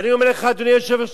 אדוני היושב-ראש,